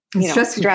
Stress